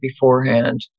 beforehand